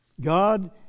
God